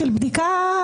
של בדיקה